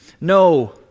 No